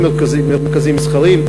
עם מרכזים מסחריים,